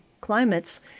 climates